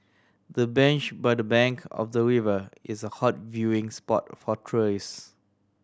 the bench by the bank of the river is a hot viewing spot for tourist